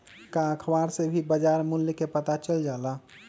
का अखबार से भी बजार मूल्य के पता चल जाला?